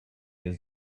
his